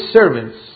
servants